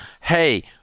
hey